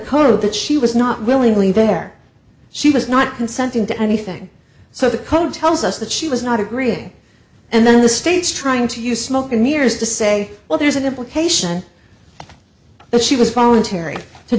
code that she was not willingly there she was not consenting to anything so the code tells us that she was not agreeing and then the state's trying to use smoke and mirrors to say well there's an implication that she was voluntary to